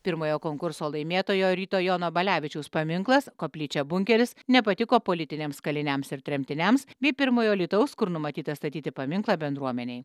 pirmojo konkurso laimėtojo ryto jono balevičiaus paminklas koplyčia bunkeris nepatiko politiniams kaliniams ir tremtiniams bei pirmojo alytaus kur numatyta statyti paminklą bendruomenei